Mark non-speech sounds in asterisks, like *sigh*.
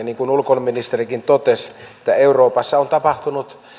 *unintelligible* niin kuin ulkoministerikin totesi euroopassa on tapahtunut